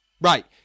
Right